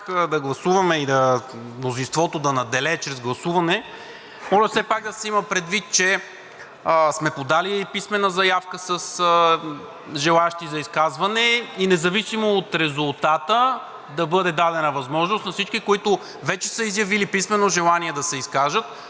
да гласуваме и мнозинството да надделее чрез гласуване, моля все пак да се има предвид, че сме подали писмена заявка с желаещи за изказване и независимо от резултата, да бъде дадена възможност на всички, които вече са изявили писмено желание да се изкажат,